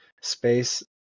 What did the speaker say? space